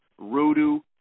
Rudu